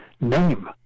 name